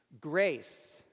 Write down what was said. Grace